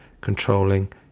controlling